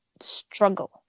struggle